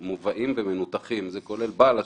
מובאים ומנותחים - זה כולל בעל השליטה,